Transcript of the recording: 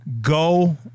Go